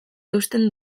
eusten